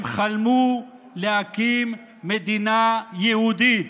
הם חלמו להקים מדינה יהודית.